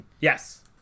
Yes